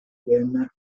chrétienne